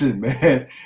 man